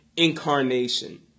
incarnation